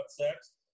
sex